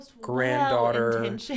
granddaughter